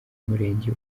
murenge